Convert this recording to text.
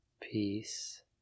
Peace